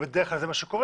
ובדרך כלל זה מה שקורה.